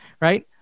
Right